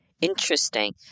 Interesting